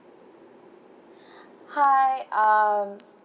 hi um